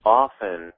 often